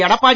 Edappadi